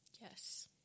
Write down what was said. Yes